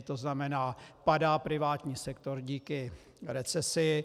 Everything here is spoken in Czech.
To znamená, padá privátní sektor díky recesi.